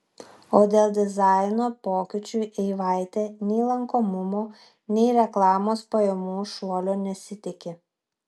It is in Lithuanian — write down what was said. o dėl dizaino pokyčių eivaitė nei lankomumo nei reklamos pajamų šuolio nesitiki